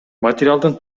материалдын